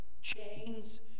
chains